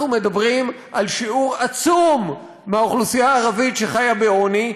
אנחנו מדברים על שיעור עצום מהאוכלוסייה הערבית שחיה בעוני,